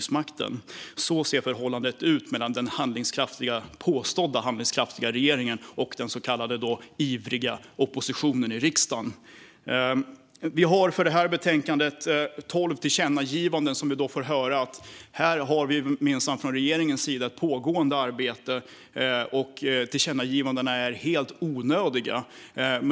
Så ser förhållandet ut mellan den påstått handlingskraftiga regeringen och den så kallade ivriga oppositionen i riksdagen. I det här betänkandet föreslås tolv tillkännagivanden, och vi får höra att regeringen minsann har ett pågående arbete och att tillkännagivandena är helt onödiga.